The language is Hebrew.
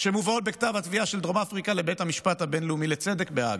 שמובאות בכתב התביעה של דרום אפריקה לבית המשפט הבין-לאומי לצדק בהאג".